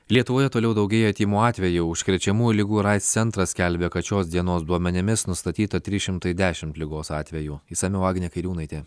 lietuvoje toliau daugėja tymų atvejų užkrečiamųjų ligų ir aids centras skelbia kad šios dienos duomenimis nustatyta trys šimtai dešimt ligos atvejų išsamiau agnė kairiūnaitė